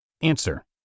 Answer